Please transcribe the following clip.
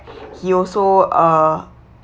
he also uh